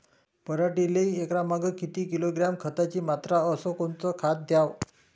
पराटीले एकरामागं किती किलोग्रॅम खताची मात्रा अस कोतं खात द्याव?